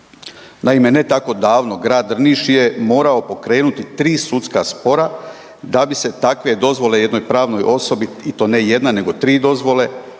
Naime, ne tako davno Grad Drniš je morao pokrenuti tri sudska spora da bi se takve dozvole jednoj pravnoj osobi i to ne jedna nego tri dozvole,